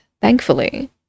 thankfully